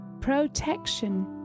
protection